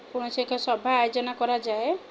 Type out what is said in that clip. କୌଣସି ଏକ ସଭା ଆୟୋଜନ କରାଯାଏ